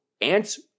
Ant's